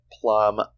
plum